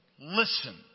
Listen